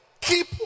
keep